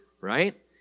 Right